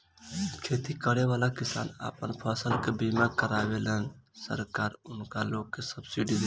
खेती करेवाला किसान आपन फसल के बीमा करावेलन आ सरकार उनका लोग के सब्सिडी देले